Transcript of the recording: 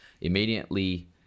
Immediately